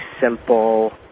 simple